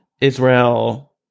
Israel